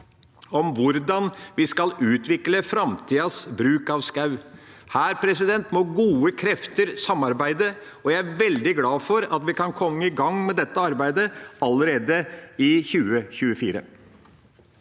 om hvordan vi skal utvikle framtidens bruk av skog. Her må gode krefter samarbeide, og jeg er veldig glad for at vi kan komme i gang med dette arbeidet allerede i 2024.